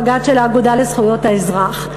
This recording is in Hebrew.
בג"ץ של האגודה לזכויות האזרח.